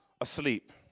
asleep